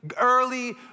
early